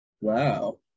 Wow